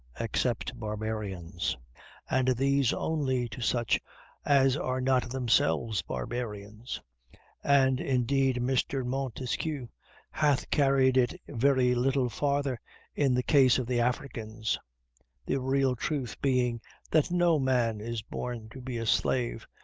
except barbarians and these only to such as are not themselves barbarians and indeed mr. montesquieu hath carried it very little farther in the case of the africans the real truth being that no man is born to be a slave,